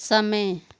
समय